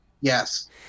Yes